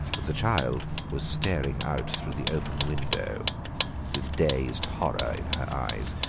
the child was staring out through the open window with dazed horror in her eyes.